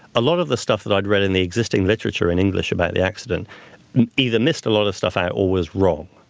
a lot of the stuff that i'd read in the existing literature in english about the accident either missed a lot of stuff or was wrong.